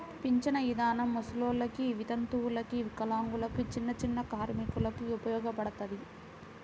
పింఛను ఇదానం ముసలోల్లకి, వితంతువులకు, వికలాంగులకు, చిన్నచిన్న కార్మికులకు ఉపయోగపడతది